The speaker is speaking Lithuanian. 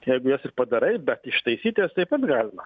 jeigu jas ir padarai be ištaisyt jas taip pat galima